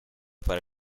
para